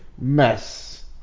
mess